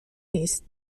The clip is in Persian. نیست